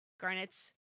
garnet's